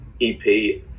ep